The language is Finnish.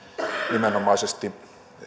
nimenomaisesti